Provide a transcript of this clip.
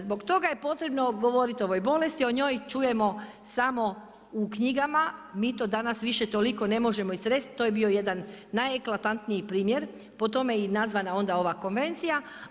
Zbog toga je potrebno govoriti o ovoj bolesti, o njoj čujemo samo u knjigama, mi to danas više toliko ne možemo i sresti, to je bio jedan najeklatantniji primjer, po tome je i nazvana onda ova konvencija.